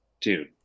dude